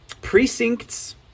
Precincts